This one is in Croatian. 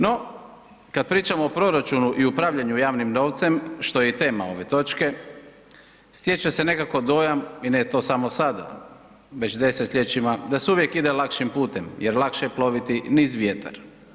No, kad pričamo o proračunu i upravljanju javnim novcem što je i tema ove točke, stječe se nekako dojam i ne to samo sada, već desetljećima da se uvijek ide lakšim putem jer lakše je ploviti niz vjetar.